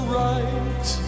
right